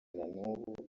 nanubu